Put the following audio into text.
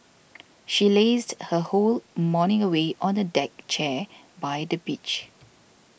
she lazed her whole morning away on a deck chair by the beach